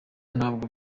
ntabwo